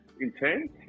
intense